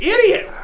Idiot